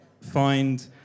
find